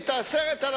זו אחת הדרכים,